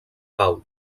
pau